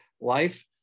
life